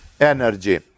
energy